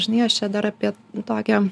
žinai aš dar apie tokią